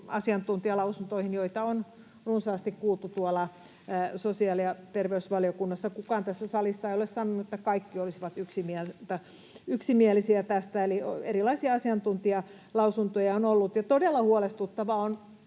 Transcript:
asiantuntijalausuntoihin, joita on runsaasti kuultu tuolla sosiaali- ja terveysvaliokunnassa. Kukaan tässä salissa ei ole sanonut, että kaikki olisivat yksimielisiä tästä, eli erilaisia asiantuntijalausuntoja on ollut. Ja todella huolestuttavia